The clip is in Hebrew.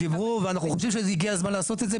דיברו ואנחנו חושבים שהגיע הזמן לעשות את זה.